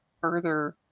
further